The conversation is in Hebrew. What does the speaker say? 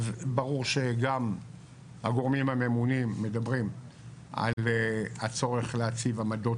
אז ברור שגם הגורמים הממונים מדברים על הצורך להציב עמדות